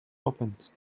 opens